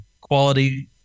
quality